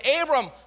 Abram